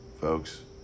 folks